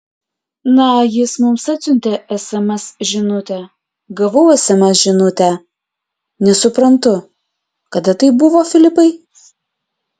na jis mums atsiuntė sms žinutę gavau sms žinutę nesuprantu kada tai buvo filipai